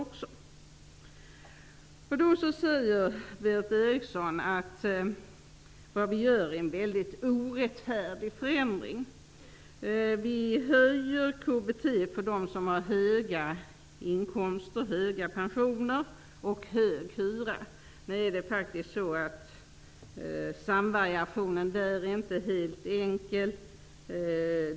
Berith Eriksson säger nu att vi gör en mycket orättfärdig förändring: Vi höjer KBT för dem som har höga inkomster, höga pensioner och hög hyra. Den samvariationen är dock inte helt enkel.